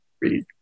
read